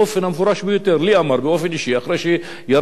לי אמר באופן אישי אחרי שירד: אתה צודק,